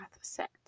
set